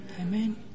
Amen